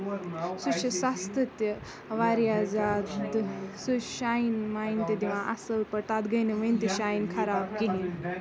سُہ چھُ سَستہٕ تہِ واریاہ زیادٕ تہٕ سُہ چھُ شاین ماین تہِ دِوان اَصٕل پٲٹھۍ تَتھ گٔے نہٕ وٕنہِ تہِ شاین خراب کِہیٖنۍ